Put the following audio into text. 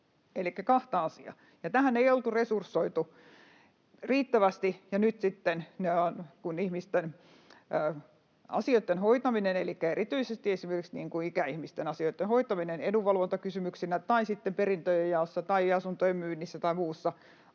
kahta asiaa. Ja tähän ei oltu resursoitu riittävästi, ja nyt sitten, kun ihmisten asioitten hoitaminen — erityisesti esimerkiksi ikäihmisten asioitten hoitaminen edunvalvontakysymyksissä tai sitten perintöjen jaossa tai asuntojen myynnissä tai muussa